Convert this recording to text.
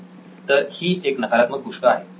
नितीन तर ही एक नकारात्मक गोष्ट आहे